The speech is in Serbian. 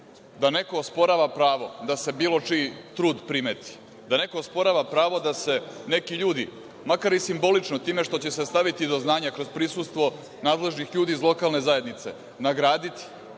da neko osporava pravo da se bilo čiji trud primeti, da neko osporava pravo da se neki ljudi, makar i simbolično, time što će se staviti do znanja kroz prisustvo nadležnih ljudi iz lokalne zajednice nagraditi,